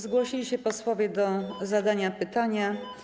Zgłosili się posłowie do zadania pytania.